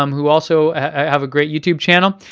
um who also have a great youtube channel.